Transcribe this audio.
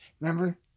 remember